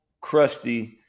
crusty